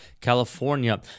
California